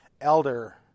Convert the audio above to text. elder